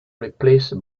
replaced